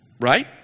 right